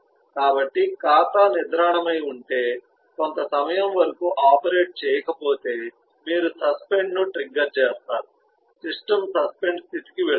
కాబట్టి ఖాతా నిద్రాణమై ఉంటే కొంత సమయం వరకు ఆపరేట్ చేయకపోతే మీరు సస్పెండ్ను ట్రిగ్గర్ చేస్తారు సిస్టమ్ సస్పెండ్ స్థితికి వెళ్తుంది